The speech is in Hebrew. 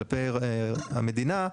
כלפי המדינה,